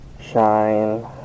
shine